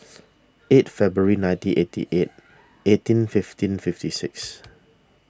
eight February nineteen eighty eight eighteen fifteen fifty six